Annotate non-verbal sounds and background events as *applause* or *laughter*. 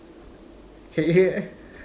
*laughs*